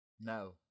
no